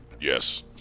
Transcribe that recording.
Yes